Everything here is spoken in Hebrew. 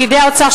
פקידי האוצר,